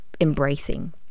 embracing